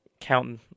counting